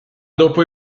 dopo